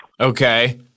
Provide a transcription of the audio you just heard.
Okay